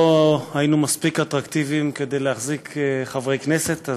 לא היינו אטרקטיביים מספיק להחזיק חברי כנסת.